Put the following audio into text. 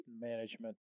management